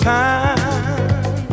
time